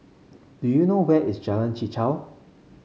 do you know where is Jalan Chichau